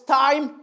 time